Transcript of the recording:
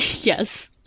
Yes